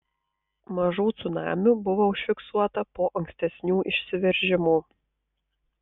mažų cunamių buvo užfiksuota po ankstesnių išsiveržimų